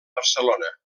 barcelona